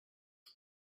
him